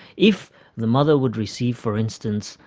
if the mother would receive, for instance,